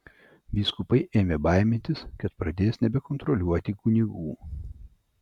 vyskupai ėmė baimintis kad pradės nebekontroliuoti kunigų